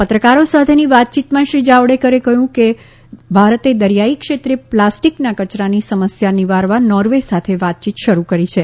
પત્રકારો સાથેની વાતચીતમાં શ્રી જાવડેકરે જણાવ્યું કે ભારતે દરિયાઇ ક્ષેત્રે પ્લાસ્ટીકના કચરાની સમસ્યા નિવારવા નોર્વે સાથે વાતયીત શરૂ કરી છે